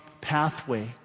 pathway